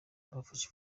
bafashe